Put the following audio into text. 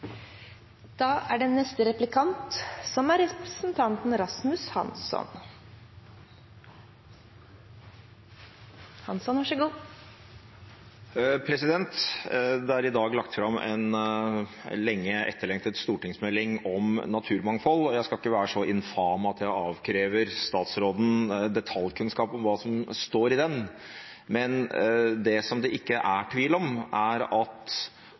Det er i dag lagt fram en lenge etterlengtet stortingsmelding om naturmangfold. Jeg skal ikke være så infam at jeg avkrever statsråden detaljkunnskap om hva som står i den. Men det som det ikke er tvil om, er at